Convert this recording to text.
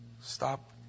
Stop